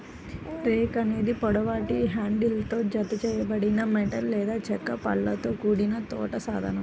rake అనేది పొడవాటి హ్యాండిల్తో జతచేయబడిన మెటల్ లేదా చెక్క పళ్ళతో కూడిన తోట సాధనం